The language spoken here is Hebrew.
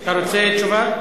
אתה רוצה לתת תשובה?